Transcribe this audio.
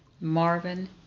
Marvin